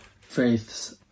faiths